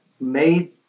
made